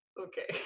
Okay